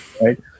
right